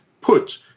put